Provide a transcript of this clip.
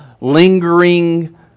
lingering